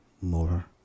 more